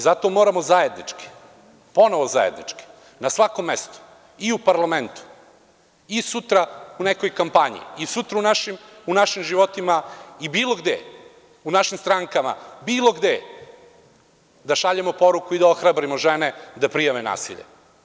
Zato moramo zajednički, ponovo zajednički, na svakom mestu i u parlamentu, i sutra u nekoj kampanji, i sutra u našim životima i bilo gde, u našim strankama, bilo gde, da šaljemo poruku i da ohrabrimo žene da prijave nasilje.